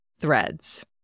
Threads